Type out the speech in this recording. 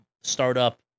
startup